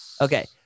okay